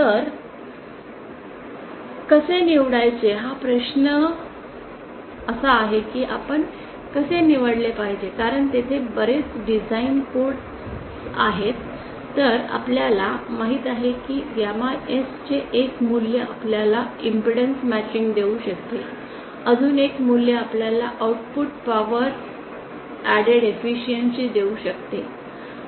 तर कसे निवडायचे हा प्रश्न असा आहे की आपण कसे निवडले पाहिजे कारण तेथे बरेच डिझाइन कोड आहेत तर आपल्याला माहित आहे की गॅमा S चे एक मूल्य आपल्याला इम्पेडन्स मॅचिंग देऊ शकते अजून एक मूल्य आपल्याला आउटपुट पॉवर अॅडेड एफिशियन्सी देऊ शकते